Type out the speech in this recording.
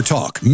Talk